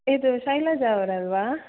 ಇದು ಶೈಲಜಾ ಅವರಲ್ವಾ